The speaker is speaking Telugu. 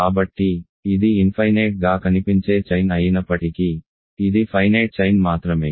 కాబట్టి ఇది ఇన్ఫైనేట్ గా కనిపించే చైన్ అయినప్పటికీ ఇది ఫైనేట్ చైన్ మాత్రమే